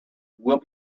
will